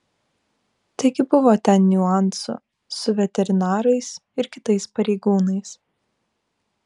taigi buvo ten niuansų su veterinarais ir kitais pareigūnais